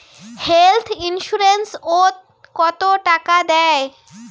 Health insurance ওত কত টাকা দেয়?